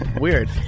Weird